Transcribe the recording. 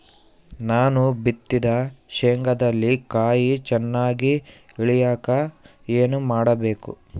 ನಾನು ಬಿತ್ತಿದ ಶೇಂಗಾದಲ್ಲಿ ಕಾಯಿ ಚನ್ನಾಗಿ ಇಳಿಯಕ ಏನು ಮಾಡಬೇಕು?